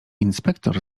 inspektor